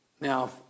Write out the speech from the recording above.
Now